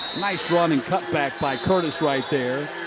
nice running cut back by curtis right there.